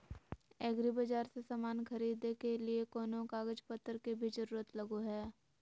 एग्रीबाजार से समान खरीदे के लिए कोनो कागज पतर के भी जरूरत लगो है?